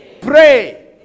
Pray